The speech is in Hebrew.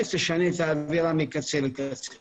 הוועדה תעזור למי שרוצה, ותיאלץ את מי שלא רוצה.